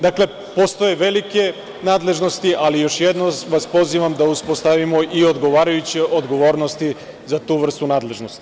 Dakle, postoje velike nadležnosti, ali još jednom vas pozivam da uspostavimo i odgovarajuće odgovornosti za tu vrstu nadležnosti.